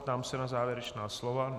Ptám se na závěrečná slova.